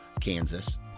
Kansas